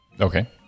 okay